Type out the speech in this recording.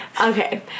Okay